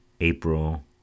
April